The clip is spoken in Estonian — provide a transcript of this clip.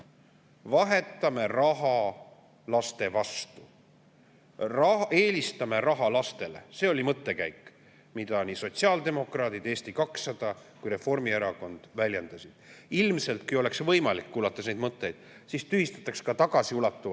Vahetame raha laste vastu, eelistame raha lastele – see oli mõttekäik, mida nii sotsiaaldemokraadid, Eesti 200 kui ka Reformierakond väljendasid. Ilmselt, kui oleks võimalik, nii tundub, kui kuulata neid mõtteid, siis tühistataks ka tagasiulatuvalt